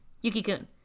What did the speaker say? Yuki-kun